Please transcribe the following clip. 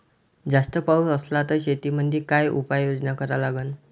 जास्त पाऊस असला त शेतीमंदी काय उपाययोजना करा लागन?